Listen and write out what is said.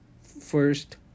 first